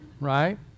Right